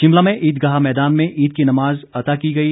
शिमला में ईदगाह मैदान में ईद की नमाज अता की गई